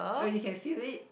oh you can feel it